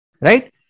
right